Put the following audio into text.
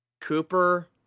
Cooper